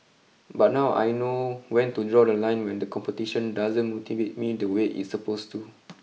but now I know when to draw the line when the competition doesn't motivate me the way it's supposed to